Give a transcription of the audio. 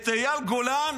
את אייל גולן